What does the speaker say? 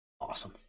Awesome